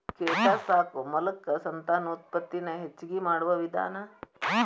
ಕೇಟಾ ಸಾಕು ಮೋಲಕಾ ಸಂತಾನೋತ್ಪತ್ತಿ ನ ಹೆಚಗಿ ಮಾಡುವ ವಿಧಾನಾ